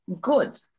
good